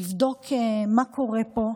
לבדוק מה קורה פה,